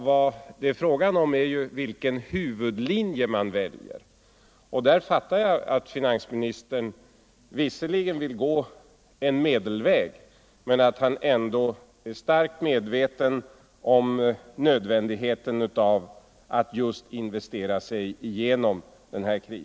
Vad det är fråga om är ju vilken huvudlinje man väljer, och därvidlag fattar jag att finansministern visserligen vill gå en medelväg men att han ändå är starkt medveten om nödvändigheten av att just investera sig igenom den här krisen.